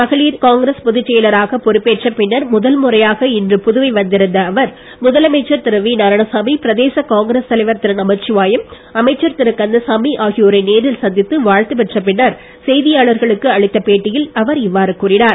மகளிர் காங்கிரஸ் பொதுச் செயலராக பொறுப்பேற்ற பின்னர் முதல் முறையாக இன்று புதுவை வந்திருந்த அவர் முதலமைச்சர் திரு வி நாராயணசாமி பிரதேச காங்கிரஸ் தலைவர் திரு நமச்சிவாயம் அமைச்சர் திரு கந்தசாமி ஆகியோரை நேரில் சந்தித்து வாழ்த்து பெற்ற பின்னர் செய்தியாளர்களுக்கு அளித்த பேட்டியில் அவர் இவ்வாறு கூறினார்